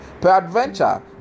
peradventure